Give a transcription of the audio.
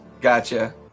gotcha